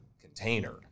container